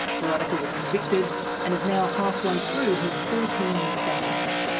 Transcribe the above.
boronika was convicted and is now halfway through her fourteen year sentence.